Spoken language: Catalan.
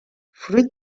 fruit